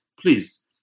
please